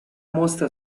mostra